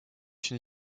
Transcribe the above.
une